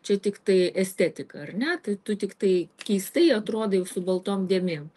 čia tiktai estetika ar ne tai tu tiktai keistai atrodai su baltom dėmėm